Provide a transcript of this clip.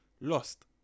Lost